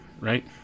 right